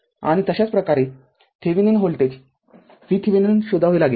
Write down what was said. आणि तशाच प्रकारेथेविनिन व्होल्टेज VThevenin शोधावे लागेल